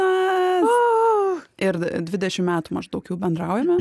na ir dvidešim metų maždaug jau bendraujam